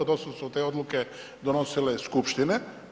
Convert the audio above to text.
Do sada su te odluke donosile skupštine.